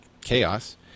chaos